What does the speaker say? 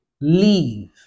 leave